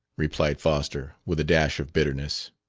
replied foster, with a dash of bitterness.